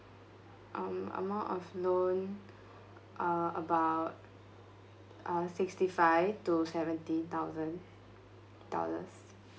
um amount of loan uh about uh sixty five to seventy thousand dollars